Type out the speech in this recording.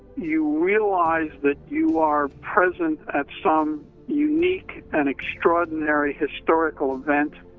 you realize that you are present at some unique and extraordinary historical event